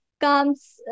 comes